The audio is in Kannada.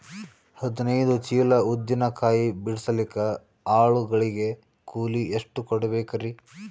ಹದಿನೈದು ಚೀಲ ಉದ್ದಿನ ಕಾಯಿ ಬಿಡಸಲಿಕ ಆಳು ಗಳಿಗೆ ಕೂಲಿ ಎಷ್ಟು ಕೂಡಬೆಕರೀ?